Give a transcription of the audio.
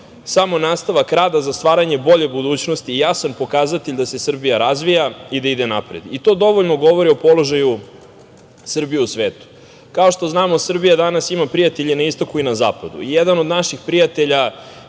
samo nastavak rada za stvaranje bolje budućnosti i jasan pokazatelj da se Srbija razvija i da ide napred. To dovoljno govori o položaju Srbije u svetu. Kao što znamo, Srbija danas ima prijatelje i na istoku i na zapadu. Jedan od naših prijatelja